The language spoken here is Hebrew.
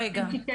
ישראל מאוד